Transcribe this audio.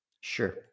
Sure